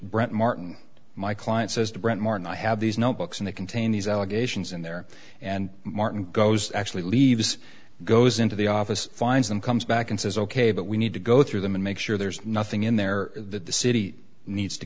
bret martin my client says to brant martin i have these notebooks and they contain these allegations in there and martin goes actually leaves goes into the office finds and comes back and says ok but we need to go through them and make sure there's nothing in there that the city needs to